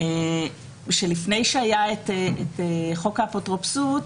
לפני שהיה את חוק האפוטרופסות,